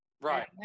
Right